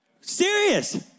Serious